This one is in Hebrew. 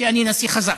כי אני נשיא חזק.